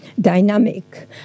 dynamic